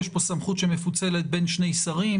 יש פה סמכות שמפוצלת בין שני שרים.